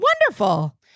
Wonderful